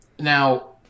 Now